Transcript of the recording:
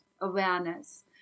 awareness